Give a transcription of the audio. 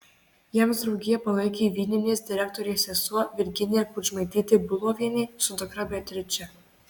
jiems draugiją palaikė vyninės direktorės sesuo virginija kudžmaitytė bulovienė su dukra beatriče